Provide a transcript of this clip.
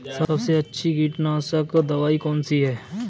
सबसे अच्छी कीटनाशक दवाई कौन सी है?